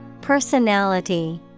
Personality